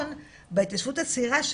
בהתיישבות הצעירה,